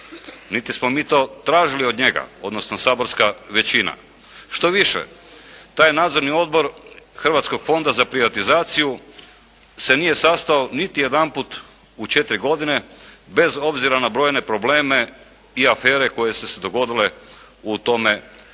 niti smo mi to tražili od njega, odnosno saborska većina. Što više, taj Nadzorni odbor Hrvatskog fonda za privatizaciju se nije sastao niti jedanput u četiri godine bez obzira na brojne probleme i afere koje su se dogodile u tome Fondu